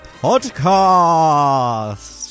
podcast